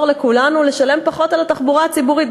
לכולנו לשלם פחות על התחבורה הציבורית,